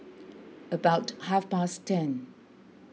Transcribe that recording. about half past ten